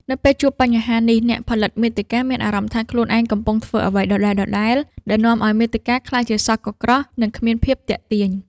នៅពេលជួបបញ្ហានេះ អ្នកផលិតមាតិកាមានអារម្មណ៍ថាខ្លួនឯងកំពុងធ្វើអ្វីដដែលៗ ដែលនាំឱ្យមាតិកាក្លាយជាសោះកក្រោះ និងគ្មានភាពទាក់ទាញ។